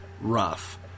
rough